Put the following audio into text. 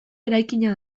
eraikina